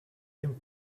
him